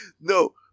No